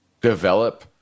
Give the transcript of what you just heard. Develop